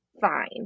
fine